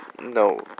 no